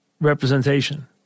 representation